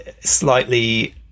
slightly